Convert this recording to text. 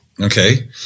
Okay